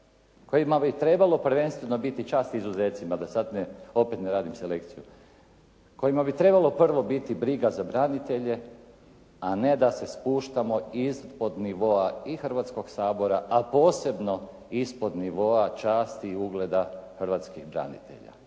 Kojima bi trebalo prvenstveno biti, čast izuzecima da sad ne, opet ne radim selekciju. Kojima bi trebalo prvo biti briga za branitelje a ne da se spuštamo ispod nivoa i Hrvatskog sabora a posebno ispod nivoa časti i ugleda hrvatskih branitelja.